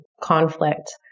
conflict